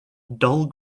dull